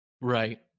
Right